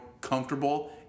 comfortable